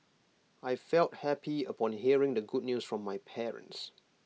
I felt happy upon hearing the good news from my parents